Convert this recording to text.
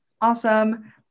Awesome